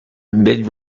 mid